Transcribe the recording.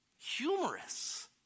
humorous